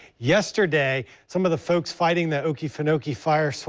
yesterday some of the folks fighting the okefenokee fire, so